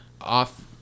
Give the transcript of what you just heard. off-